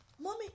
Mommy